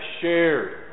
shared